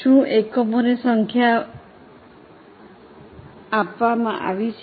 શું એકમોની સંખ્યા આપવામાં આવ્યો છે